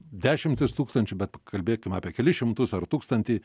dešimtis tūkstančių bet kalbėkim apie kelis šimtus ar tūkstantį